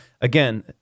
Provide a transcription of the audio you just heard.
again